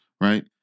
right